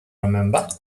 remember